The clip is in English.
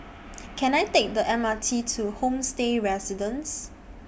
Can I Take The M R T to Homestay Residences